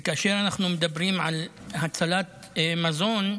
וכאשר אנחנו מדברים על הצלת מזון,